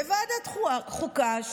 וועדת החוקה,